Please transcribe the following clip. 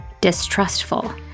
distrustful